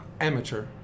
amateur